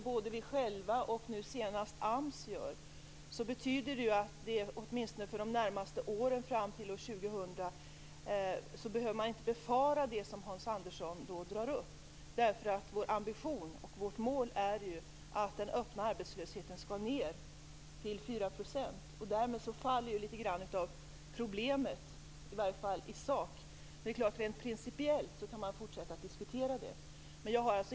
Både vi själva och nu senast AMS har gjort prognoser som visar på att man under de närmaste åren, fram till år 2000, inte behöver befara det som Hans Andersson tar upp. Vår ambition och vårt mål är ju att den öppna arbetslösheten skall minska till 4 %, och därmed faller ju litet grand av problemet, i varje fall i sak, även om man givetvis kan fortsätta att diskutera frågan rent principiellt.